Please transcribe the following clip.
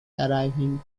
arriving